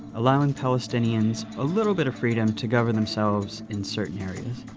allowing palestinians a little bit of freedom to govern themselves in certain areas.